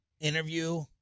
interview